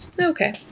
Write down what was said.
okay